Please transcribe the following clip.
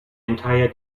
entire